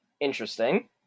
interesting